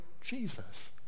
Jesus